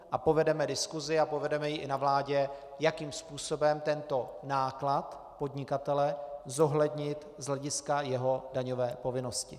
A povedeme diskusi a povedeme ji i na vládě, jakým způsobem tento náklad podnikatele zohlednit z hlediska jeho daňové povinnosti.